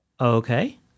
Okay